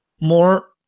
more